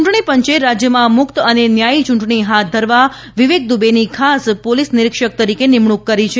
ચૂંટણીપંચે રાજયમાં મુક્ત અને ન્યાયી ચૂંટણી હાથ ધરવા વિવેક દુબેની ખાસ પોલીસ નિરિક્ષક તરીકે નિમણુંક કરી છે